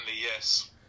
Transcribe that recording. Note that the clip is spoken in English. yes